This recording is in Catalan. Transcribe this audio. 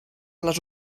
les